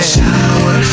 Shower